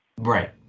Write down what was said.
Right